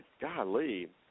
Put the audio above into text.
golly